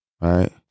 Right